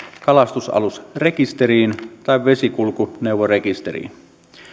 kalastusalusrekisteriin tai vesikulkuneuvorekisteriin